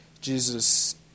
Jesus